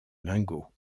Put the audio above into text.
lingots